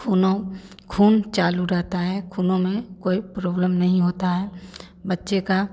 खूनो खून चालू रहता है खूनों में कोई प्रोब्लम नहीं होता है बच्चे का